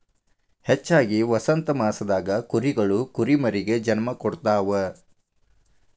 ಹೆಚ್ಚಾಗಿ ವಸಂತಮಾಸದಾಗ ಕುರಿಗಳು ಕುರಿಮರಿಗೆ ಜನ್ಮ ಕೊಡ್ತಾವ